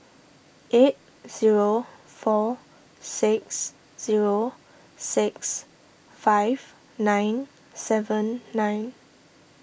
eight zero four six zero six five nine seven nine